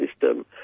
system